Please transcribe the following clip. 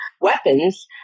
weapons